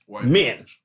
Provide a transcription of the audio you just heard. men